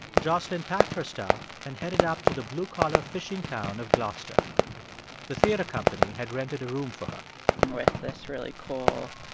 jocelyn packed her stuff and headed up to the blue-collar fishing town of gloucester the theater company had rented a room for her with this really cool